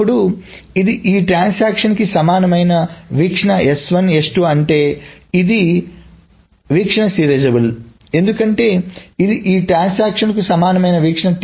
అప్పుడు ఇది ఈ ట్రాన్సాక్షన్ కి సమానమైన వీక్షణ అంటే ఇది వీక్షణ సీరియలైజబుల్ ఎందుకంటే ఇది ఈ ట్రాన్సాక్షన్ లకు సమానమైన వీక్షణ